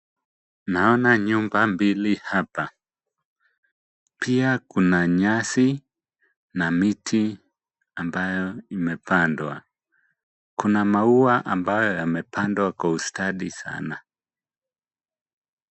Naona nyumba mbili hapa, pia kuna nyasi na miti ambayo imepandwa. Kuna maua ambayo yamepandwa kwa ustadi sana.